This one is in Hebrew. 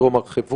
דרום הר חברון,